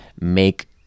make